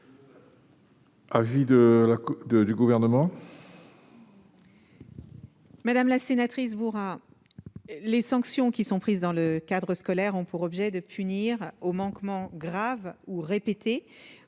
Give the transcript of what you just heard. de du gouvernement. Madame la sénatrice bourrin les sanctions qui sont prises dans le cadre scolaire, ont pour objet de. S'unir aux manquements graves ou répétés